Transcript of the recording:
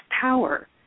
power